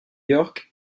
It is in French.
york